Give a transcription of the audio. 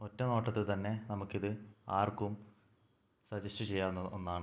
ഒറ്റ നോട്ടത്തിൽത്തന്നെ നമുക്കിത് ആർക്കും സജസ്റ്റ് ചെയ്യാവുന്ന ഒന്നാണ്